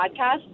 podcast